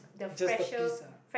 just the pizza